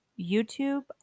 YouTube